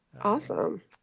Awesome